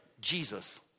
Jesus